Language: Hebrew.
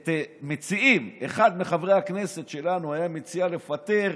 מציעים, אחד מחברי הכנסת שלנו היה מציע לפטר